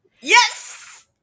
Yes